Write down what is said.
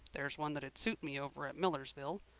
there's one that'd suit me over at millersville.